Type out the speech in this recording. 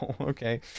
okay